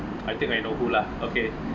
I think I know who lah okay